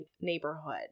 neighborhood